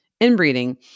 inbreeding